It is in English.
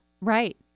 Right